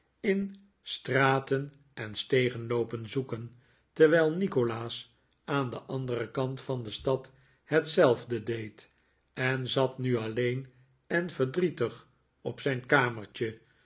in straten en stegen loopen zoeken terwijl nikolaas aan den anderen kant van de stad hetzelfde deed en zat nu alleen en verdrietig op zijn kamertje